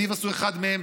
וביבס הוא אחד מהם,